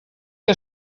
que